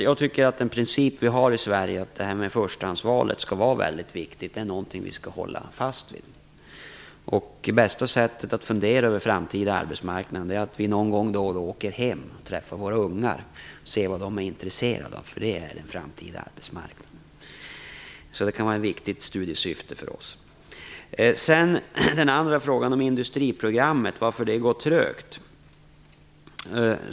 Jag tycker att den svenska principen om förstahandsvalet är väldigt viktig och att det är något som vi skall hålla fast vid. Bästa sättet för oss att fundera över den framtida arbetsmarknaden är att då och då åka hem för att träffa de unga och se vad de är intresserade av. Det är ju det som är den framtida arbetsmarknaden. Det här kan alltså vara viktigt för oss i studiesyfte. Så till frågan om varför industriprogrammet går trögt.